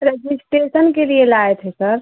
registration के लिए लाए थे सर